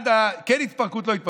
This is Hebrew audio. כן התפרקות או לא.